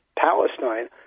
Palestine